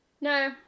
No